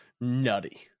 nutty